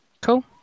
Cool